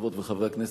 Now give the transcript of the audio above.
חברות וחברי הכנסת,